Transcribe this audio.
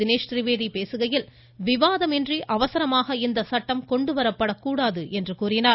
தினேஷ் திரிவேதி பேசுகையில் விவாதமின்றி அவசரமாக இந்த சட்டம் கொண்டு வரப்பட கூடாது என்று கூறினார்